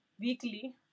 weekly